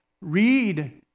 read